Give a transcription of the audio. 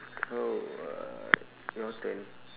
so uh your turn